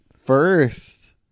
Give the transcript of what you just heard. First